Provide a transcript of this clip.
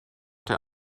der